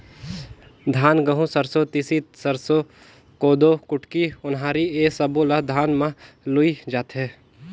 धान, गहूँ, सरसो, तिसी, सरसो, कोदो, कुटकी, ओन्हारी ए सब्बो ल धान म लूए जाथे